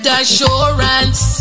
assurance